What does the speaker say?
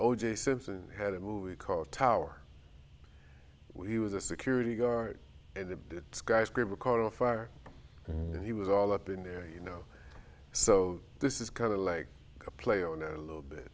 j simpson had a movie called tower where he was a security guard and the skyscraper caught on fire and he was all up in the air you know so this is kind of like a play on a little bit